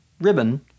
ribbon